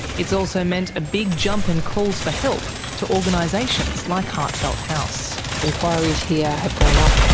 it's also meant a big jump in calls for help to organisations like heartfelt house. enquiries here have gone up,